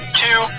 two